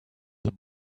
the